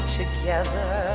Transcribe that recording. together